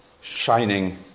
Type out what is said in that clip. shining